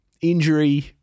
injury –